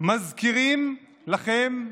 מזכירים לכם,